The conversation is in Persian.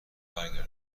برگردونم